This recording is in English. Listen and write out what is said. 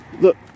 Look